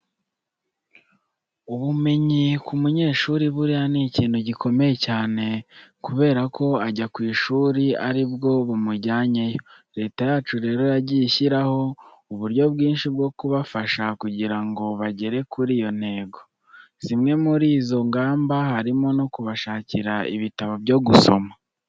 Ubumenyi ku munyeshuri buriya ni ikintu gikomeye cyane kubera ko ajya ku ishuri ari bwo bumujyanyeyo. Leta yacu rero yagiye ishyiraho uburyo bwinshi bwo kubafasha kugira ngo bagere kuri iyo ntego. Zimwe muri izo ngamba harimo no kubashakira ibitabo byo gusoma.